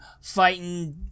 fighting